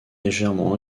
légèrement